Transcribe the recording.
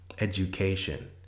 education